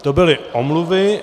To byly omluvy.